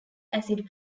acid